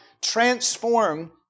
transform